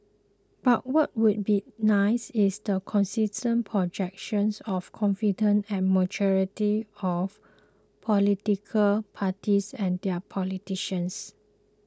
but what would be nice is the consistent projection of confidence and maturity of political parties and their politicians